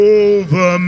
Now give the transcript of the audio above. over